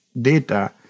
data